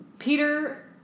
Peter